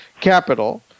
capital